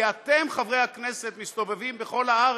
כי אתם, חברי הכנסת, מסתובבים בכל הארץ,